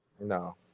No